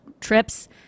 trips